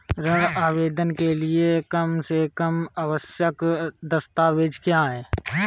ऋण आवेदन के लिए कम से कम आवश्यक दस्तावेज़ क्या हैं?